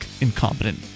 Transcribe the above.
incompetent